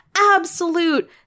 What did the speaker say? absolute